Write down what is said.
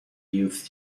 youth